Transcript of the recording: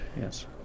yes